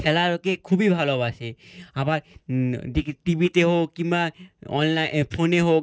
খেলাকে খুবই ভালোবাসে আবার দেখি টি ভিতে হোক কিংবা অনলাইন ফোনে হোক